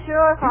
Sure